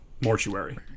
Mortuary